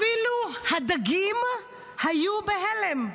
אפילו הדגים היו בהלם.